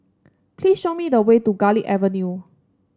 please show me the way to Garlick Avenue